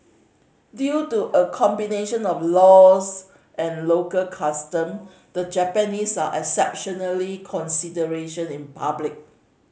due to a combination of laws and local custom the Japanese are exceptionally consideration in public